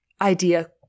idea